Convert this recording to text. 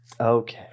Okay